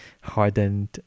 hardened